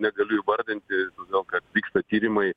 negaliu įvardinti todėl kad vyksta tyrimai